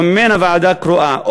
וממנה ועדה קרואה.